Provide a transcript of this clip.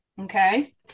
Okay